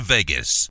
Vegas